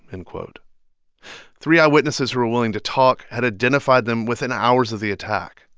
end quote three eyewitnesses who were willing to talk had identified them within hours of the attack.